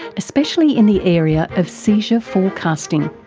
especially in the area of seizure forecasting.